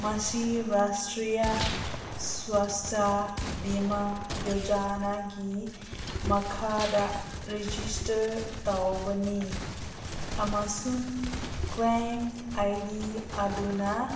ꯃꯁꯤ ꯔꯥꯁꯇ꯭ꯔꯤꯌꯥ ꯁ꯭ꯋꯥꯁꯇ ꯕꯤꯃꯥ ꯌꯣꯖꯅꯥꯒꯤ ꯃꯈꯥꯗ ꯔꯦꯖꯤꯁꯇꯔ ꯇꯧꯕꯅꯤ ꯑꯃꯁꯨꯡ ꯀ꯭ꯂꯦꯝ ꯑꯥꯏ ꯗꯤ ꯑꯗꯨꯅ